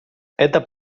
это